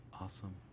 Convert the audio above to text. Awesome